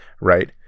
right